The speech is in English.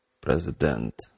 president